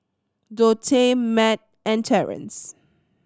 Dorthey Mat and Terence